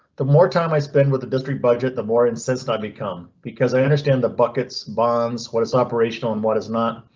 the more time i spend with the district budget, the more incense not become because i understand the buckets bonds. what is operational and what is not.